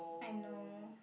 I know